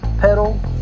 pedal